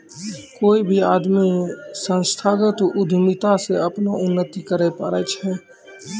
कोय भी आदमी संस्थागत उद्यमिता से अपनो उन्नति करैय पारै छै